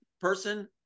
person